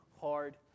hard